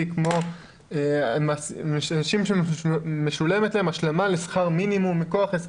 כמו שמשולמת להם השלמה לשכר מינימום מכוח הסכם.